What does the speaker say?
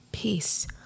peace